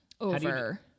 Over